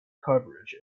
coverage